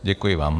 Děkuji vám.